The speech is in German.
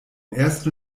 ersten